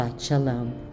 Shalom